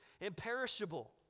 imperishable